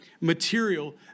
material